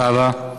תודה רבה.